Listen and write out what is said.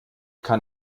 kann